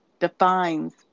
defines